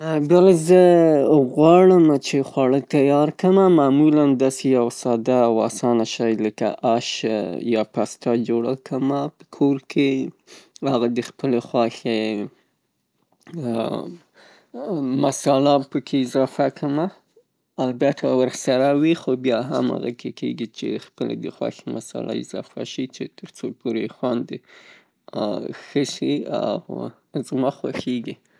بلې زه غواړم خواړه تیار کمه، معمولاً داسې یو ساده او آسانه شی لکه آش پسته جوړه کړمه کور کې، هغه د خپلې خوښې مصاله په کې اضافه کمه، ګټه ورسره وي خو بیا هم هغه کې کیږی چې خپلې د خوښی مصاله اضافه شي چی؛ ترڅو پوري خوند یي ښه شي او زما خوښیږي.